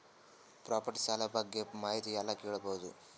Property ಸಾಲ ಬಗ್ಗೆ ಮಾಹಿತಿ ಎಲ್ಲ ಕೇಳಬಹುದು?